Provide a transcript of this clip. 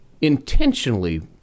intentionally